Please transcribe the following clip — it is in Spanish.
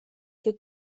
que